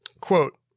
quote